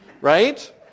right